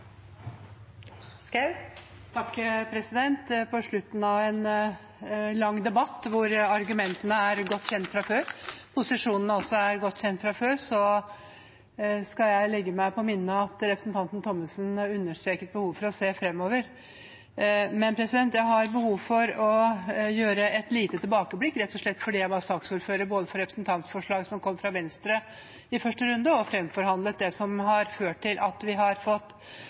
skal jeg legge meg på minne at representanten Thommessen understreket behovet for å se fremover. Men jeg har behov for å gjøre et lite tilbakeblikk rett og slett fordi jeg var saksordfører både for representantforslaget som kom fra Venstre i første runde, og også fremforhandlet det som har ført til at vi har fått